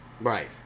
Right